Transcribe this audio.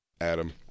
Adam